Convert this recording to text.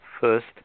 first